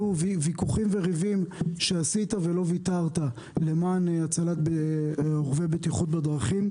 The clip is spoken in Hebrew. ויכוחים וריבים שעשית ולא ויתרת למען הצלת רוכבי בטיחות בדרכים.